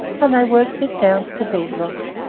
and they worked it down to the bed rock.